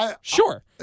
Sure